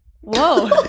Whoa